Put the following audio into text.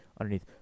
underneath